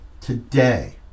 today